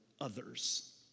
others